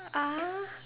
ah